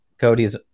Cody's